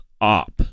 op